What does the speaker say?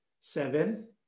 seven